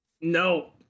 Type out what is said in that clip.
No